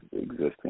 existing